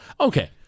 Okay